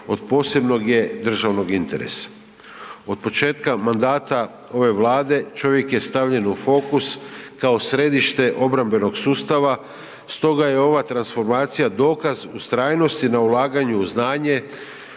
od posebnog je državnog interesa. Od početka mandata ove Vlade, čovjek je stavljen u fokus kao središte obrambenog sustava, stoga je ova transformacija dokaz ustrajnosti na ulaganju u znanje,